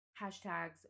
hashtags